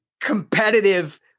competitive